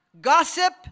gossip